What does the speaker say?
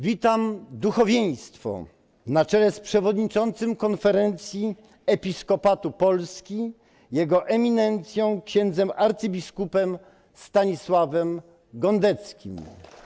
Witam duchowieństwo z przewodniczącym Konferencji Episkopatu Polski Jego Eminencją księdzem arcybiskupem Stanisławem Gądeckim.